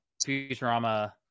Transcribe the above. Futurama